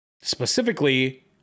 specifically